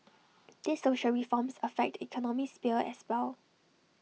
these social reforms affect the economic sphere as well